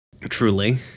Truly